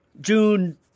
June